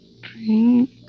Drink